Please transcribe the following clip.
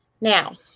Now